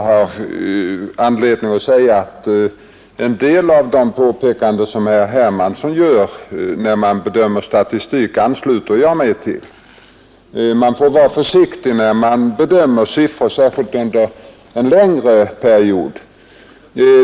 Herr talman! En del av de påpekanden som herr Hermansson i Stockholm gör om bedömningen av statistik har jag anledning att ansluta mig till. Man bör vara försiktig när man bedömer siffror, särskilt under en längre period.